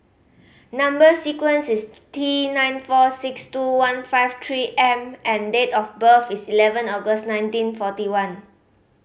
number sequence is T nine four six two one five Three M and date of birth is eleven August nineteen forty one